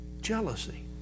Jealousy